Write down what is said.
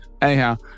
anyhow